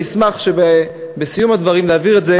אני אשמח בסיום הדברים להעביר את זה